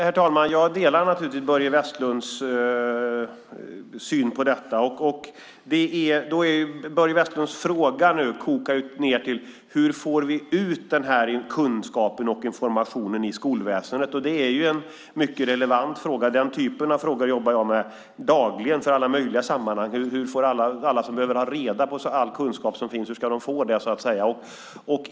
Herr talman! Jag delar naturligtvis Börje Vestlunds syn på detta. Hans fråga kokar ned till: Hur får vi ut kunskapen och informationen i skolväsendet? Det är en mycket relevant fråga. Den typen av frågor jobbar jag med dagligen i alla möjliga sammanhang. Hur ska alla som behöver ha reda på all kunskap som finns också få det?